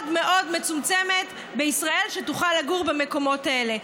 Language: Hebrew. מאוד מצומצמת בישראל שתוכל לגור במקומות האלה.